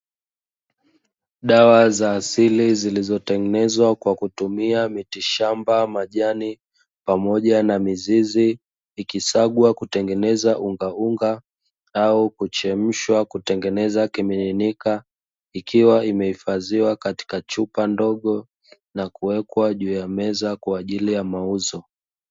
Dawa za asili zilizotengenezwa kwa kutumia mitishamba, majani pamoja na mizizi ikisagwa kutengeneza ungaunga au kuchemshwa kutengeneza kimiminika ikiwa imehifadhiwa katika chupa ndogo na kuwekwa juu ya meza kwa ajili ya mauzo.